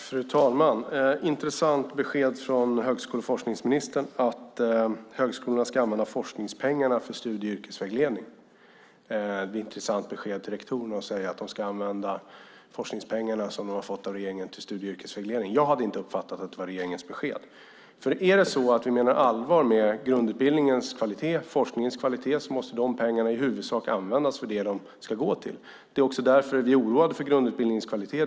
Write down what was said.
Fru talman! Det var ett intressant besked från högskole och forskningsministern att högskolan ska använda forskningspengarna för studie och yrkesvägledning. Det är ett intressant besked till rektorerna att de ska använda de forskningspengar som de har fått från regeringen till studie och yrkesvägledning. Jag hade inte uppfattat att det var regeringens besked. Är det så att vi menar allvar med grundutbildningens kvalitet och forskningens kvalitet måste dessa pengar i huvudsak användas för det som de ska gå till. Det är också därför som vi är oroade för grundutbildningens kvalitet.